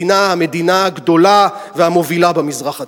המדינה הגדולה והמובילה במזרח התיכון.